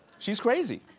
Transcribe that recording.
she's crazy.